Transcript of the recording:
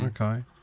Okay